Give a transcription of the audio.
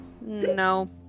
No